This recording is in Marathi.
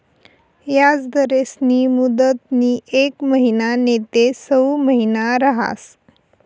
याजदरस्नी मुदतनी येक महिना नैते सऊ महिना रहास